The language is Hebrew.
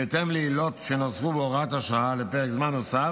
בהתאם לעילות שנוספו בהוראת השעה, לפרק זמן נוסף